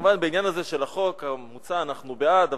כמובן בעניין הזה של החוק המוצע אנחנו בעד,